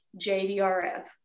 JDRF